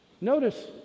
Notice